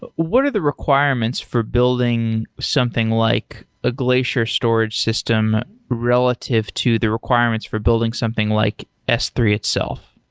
but what are the requirements for building something like a glacier storage system relative to the requirements for building something like s three itself?